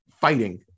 fighting